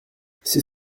c’est